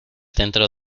dentro